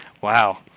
Wow